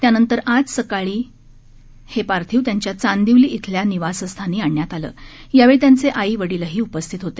त्यानंतर आज सकाळी हे पार्थिव त्यांच्या चांदिवली धिल्या निवासस्थानी आणण्यात आले यावेळी त्यांचे आईवडिलही उपस्थित होते